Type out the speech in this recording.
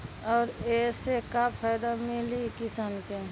और ये से का फायदा मिली किसान के?